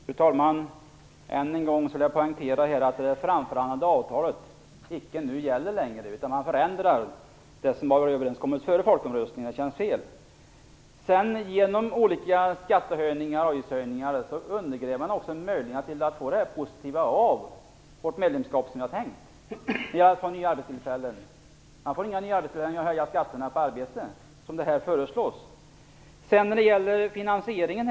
Fru talman! Än en gång vill jag poängtera att det framförhandlade avtalet inte gäller längre. Det har skett en förändring av det som man kom överens om före folkomröstningen. Det känns fel. Olika skattehöjningar och avgiftshöjningar undergräver möjligheten att få ut det positiva som var tänkt av ett medlemskap. Det blir inga nya arbetstillfällen genom att höja skatten på arbete - som det föreslås här. Vidare var det frågan om finansieringen.